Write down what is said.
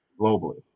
globally